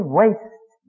waste